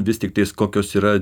vis tiktais kokios yra